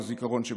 בבקשה.